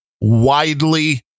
widely